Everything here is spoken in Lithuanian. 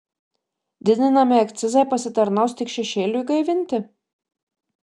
didinami akcizai pasitarnaus tik šešėliui gaivinti